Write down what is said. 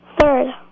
Third